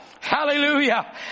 Hallelujah